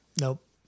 Nope